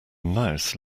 mouse